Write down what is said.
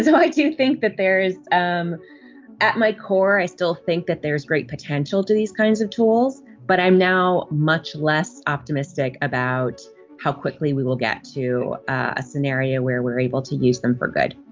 i do think that there is um at my core, i still think that there's great potential to these kinds of tools, but i'm now much less optimistic about how quickly we will get to a scenario where we're able to use them for good